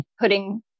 putting